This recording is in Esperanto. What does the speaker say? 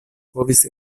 povis